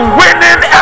winning